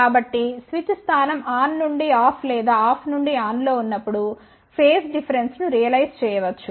కాబట్టిస్విచ్ స్థానం ఆన్ నుండి ఆఫ్ లేదా ఆఫ్ నుండి ఆన్ లో ఉన్నప్పుడు ఫేజ్ డిఫరెన్స్ ను రియలైజ్ చేయవచ్చు